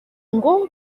ngo